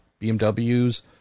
BMWs